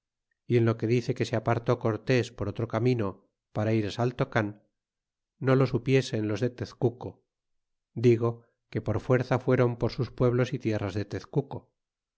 y en lo que dice que se apartó cortes por otro camino para ir saltocan no lo supiesen los de tezcuco digo que por fuerza fueron por sus pueblos y tierras de tezcuco